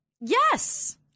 Yes